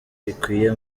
bikwiye